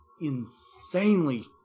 insanely